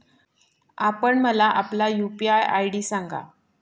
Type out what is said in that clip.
आपण मला आपला यू.पी.आय आय.डी सांगा